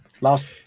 last